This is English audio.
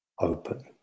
open